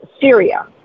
Syria